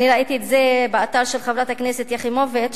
אני ראיתי את זה באתר של חברת הכנסת יחימוביץ: